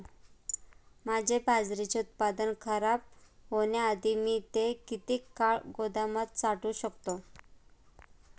माझे बाजरीचे उत्पादन खराब होण्याआधी मी ते किती काळ गोदामात साठवू शकतो?